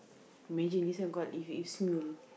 imagine this one got if if Smule